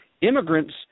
Immigrants